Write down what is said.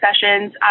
sessions